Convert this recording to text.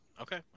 Okay